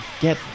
get